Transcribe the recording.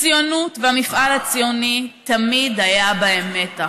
הציונות והמפעל הציוני, תמיד היה בהם מתח: